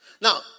now